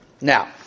Now